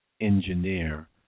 engineer